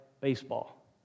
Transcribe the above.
baseball